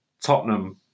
Tottenham